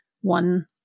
one